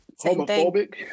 homophobic